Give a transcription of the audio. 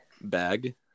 Bag